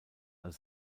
als